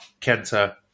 Kenta